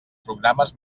programes